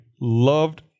Loved